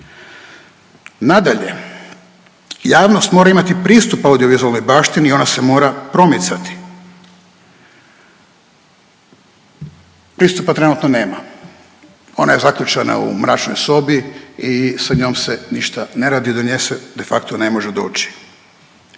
Nadalje, javnost mora imati pristup audiovizualnoj baštini i ona se mora promicati. Pristupa trenutno nema, ona je zaključana u mračnoj sobi i sa njom se ništa ne radi, do nje se de facto ne može doći.